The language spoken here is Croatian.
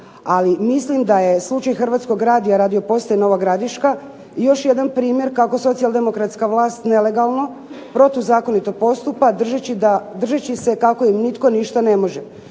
Ali mislim da je slučaj hrvatskog radija, radio postaje Nova Gradiška još jedan primjer kako socijal-demokratska vlast nelegalno, protuzakonito postupa držeći se kako im nitko ništa ne može